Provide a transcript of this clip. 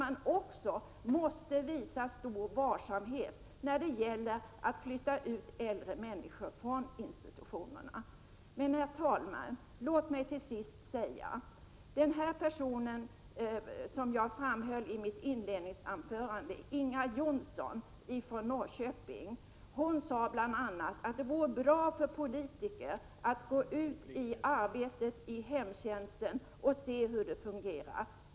Man måste också visa stor varsamhet när det gäller att flytta ut äldre människor från institutionerna, Herr talman! Den person som jag talade om i mitt inledningsanförande, Inga Jonsson från Norrköping, sade bl.a.: Det vore bra för politiker att gå ut i arbetet i hemtjänsten och se hur det fungerar.